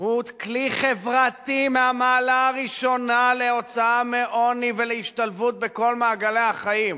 הוא כלי חברתי מהמעלה הראשונה להוצאה מעוני ולהשתלבות בכל מעגלי החיים,